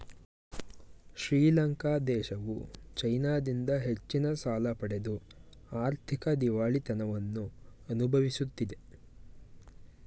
ಶ್ರೀಲಂಕಾ ದೇಶವು ಚೈನಾದಿಂದ ಹೆಚ್ಚಿನ ಸಾಲ ಪಡೆದು ಆರ್ಥಿಕ ದಿವಾಳಿತನವನ್ನು ಅನುಭವಿಸುತ್ತಿದೆ